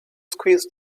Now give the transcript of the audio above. squeezed